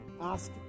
ask